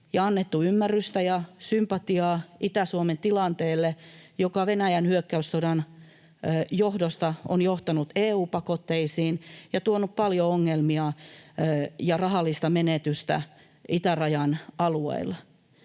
ja annettu ymmärrystä ja sympatiaa Itä-Suomen tilanteelle, joka Venäjän hyökkäyssodan johdosta on johtanut EU-pakotteisiin ja tuonut paljon ongelmia ja rahallista menetystä itärajan alueilla.